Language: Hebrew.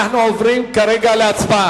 אנחנו עוברים להצבעה.